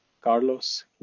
Carlos